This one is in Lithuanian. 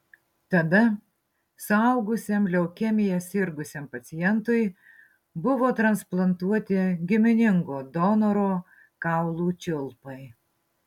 tada suaugusiam leukemija sirgusiam pacientui buvo transplantuoti giminingo donoro kaulų čiulpai